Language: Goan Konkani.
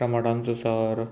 टमाटांचो सार